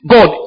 God